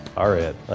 are it.